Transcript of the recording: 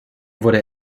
wurde